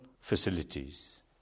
facilities